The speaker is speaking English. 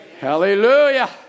Hallelujah